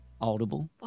Audible